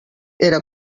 era